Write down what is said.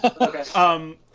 Okay